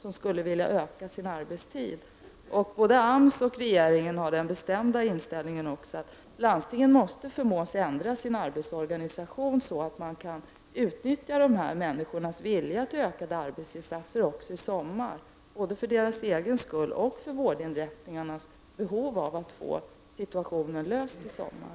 Både AMS och regeringen har den bestämda inställningen att landstingen måste förmås ändra sin arbetsorganisation så att det går att utnyttja dessa människors vilja till utökade arbetsinsatser även i sommar, både för deras egen skull och med hänsyn till vårdinrättningarnas behov av att få situationen löst i sommar.